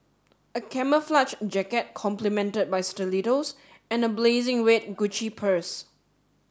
a camouflage jacket complemented by stilettos and a blazing red Gucci purse